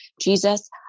Jesus